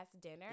dinner